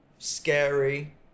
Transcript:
scary